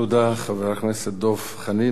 תודה, חבר הכנסת דב חנין.